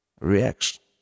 reaction